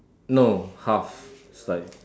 no half is like